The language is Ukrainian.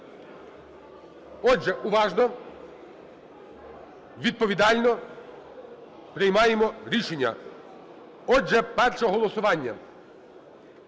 Отже, уважно, відповідально приймаємо рішення. Отже, перше голосування,